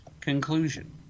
conclusion